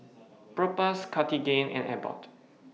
Propass Cartigain and Abbott